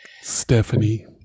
stephanie